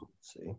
see